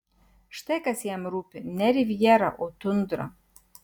štai kas jam rūpi ne rivjera o tundra